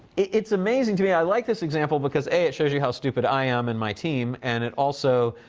it's amazing to me. i like this example because a, it shows you how stupid i am and my team, and it also,